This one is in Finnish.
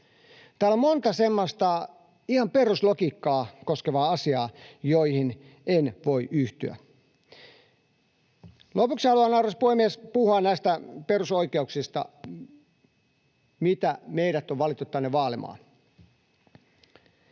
Täällä on monta semmoista ihan peruslogiikkaa koskevaa asiaa, joihin en voi yhtyä. Lopuksi haluan, arvoisa puhemies, puhua näistä perusoikeuksista, mitä meidät on valittu tänne vaalimaan.